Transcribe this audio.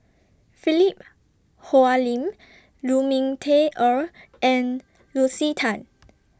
Philip Hoalim Lu Ming Teh Earl and Lucy Tan